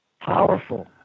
Powerful